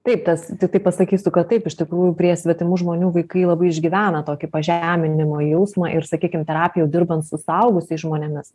taip tas tiktai pasakysiu kad taip iš tikrųjų prie svetimų žmonių vaikai labai išgyvena tokį pažeminimo jausmą ir sakykim terapijoj jau dirbant su suaugusiais žmonėmis